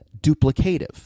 duplicative